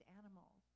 animals